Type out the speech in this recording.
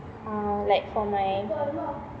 uh like for my